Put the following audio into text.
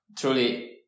truly